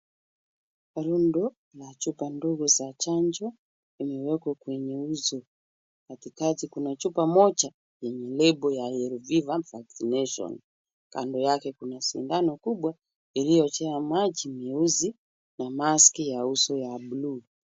Rundo, la xhupa ndogo za chanjo, zimewejwa kwenye uso, katikati kuna chupa moja, yenye lebo ya (cs)rv one vaccination (cs), kando yake kuna sindano kubwa, iliojaa maji meusi, na maski ya uso ya (cs)blue(cs).